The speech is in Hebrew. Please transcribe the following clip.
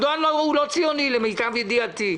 ארדואן הוא לא ציוני, למיטב ידיעתי.